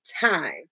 time